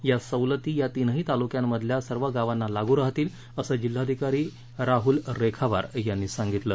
या सवलती या तीनही तालुक्यांमदल्या सर्व गावांना लागू राहतील असं जिल्हाधिकारी राहुल रेखावार यांनी सांगितलं